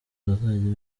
bazajya